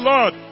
Lord